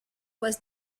was